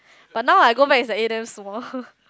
but now I go back eh damn small